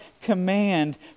Command